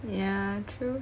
yeah true